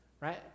right